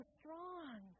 strong